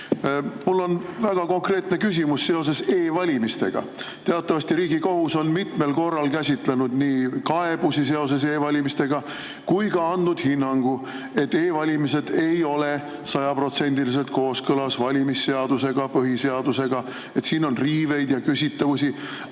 Mul on väga konkreetne küsimus seoses e-valimistega. Teatavasti Riigikohus on mitmel korral käsitlenud kaebusi seoses e-valimistega ja andnud ka hinnangu, et e-valimised ei ole sajaprotsendiliselt kooskõlas valimisseadusega ja põhiseadusega, et siin on riiveid ja küsitavusi.